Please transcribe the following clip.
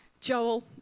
Joel